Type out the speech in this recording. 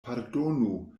pardonu